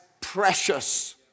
precious